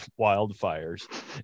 wildfires